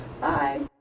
Bye